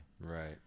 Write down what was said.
Right